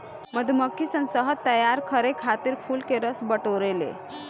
मधुमक्खी सन शहद तैयार करे खातिर फूल के रस बटोरे ले